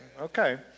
Okay